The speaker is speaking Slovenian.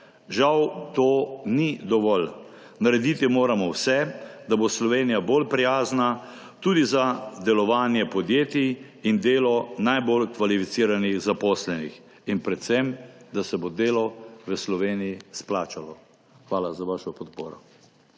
Žal to ni dovolj. Narediti moramo vse, da bo Slovenija bolj prijazna tudi za delovanje podjetij in delo najbolj kvalificiranih zaposlenih, in predvsem, da se bo delo v Sloveniji izplačalo. Hvala za vašo podpro.